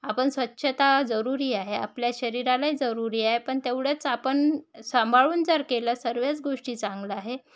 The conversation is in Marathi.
आपण स्वच्छता जरूरी आहे आपल्या शरीराला जरूरी आहे पण तेवढंच आपण सांभाळून जर केलं सर्वच गोष्टी चांगलं आहे